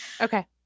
Okay